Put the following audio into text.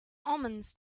omens